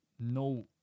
no